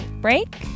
break